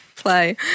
play